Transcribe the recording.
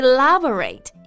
Elaborate